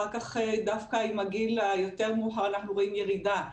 אחר כך דווקא עם הגיל היותר מאוחר אנחנו רואים ירידה.